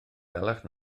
dalach